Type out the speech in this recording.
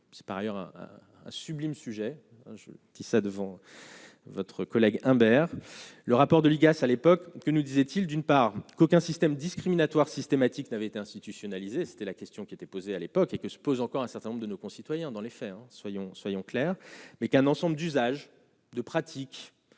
c'est par ailleurs un sublime sujet je dis ça devant votre collègue Imbert, le rapport de l'IGAS, à l'époque que nous, disait-il, d'une part qu'aucun système discriminatoire systématique n'avait été institutionnalisé, c'était la question qui était posée à l'époque et que se pose encore un certain nombre de nos concitoyens dans les fermes, soyons, soyons clairs, mais qu'un ensemble d'usage de pratiques